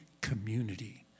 community